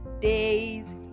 days